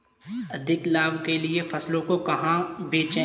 अधिक लाभ के लिए फसलों को कहाँ बेचें?